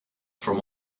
from